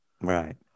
Right